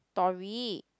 tori